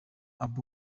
abuba